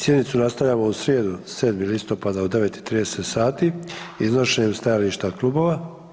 Sjednicu nastavljamo u srijedu, 7. listopada u 9 i 30 sati iznošenjem stajališta klubova.